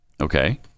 Okay